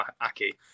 Aki